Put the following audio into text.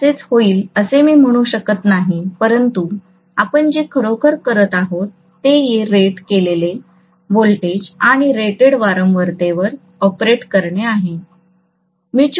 हे असेच होईल असे मी म्हणू शकत नाही परंतु आपण जे खरोखर करत आहोत ते हे रेट केलेले व्होल्टेज आणि रेटेड वारंवारतेवर ऑपरेट करणे आहे